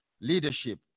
leadership